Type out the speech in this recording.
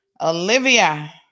Olivia